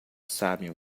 sabem